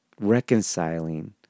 reconciling